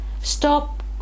stop